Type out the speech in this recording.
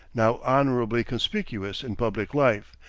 now honorably conspicuous in public life,